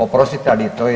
Oprostite, ali to je…